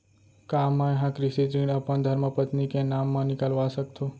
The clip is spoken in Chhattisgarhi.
का मैं ह कृषि ऋण अपन धर्मपत्नी के नाम मा निकलवा सकथो?